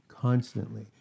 Constantly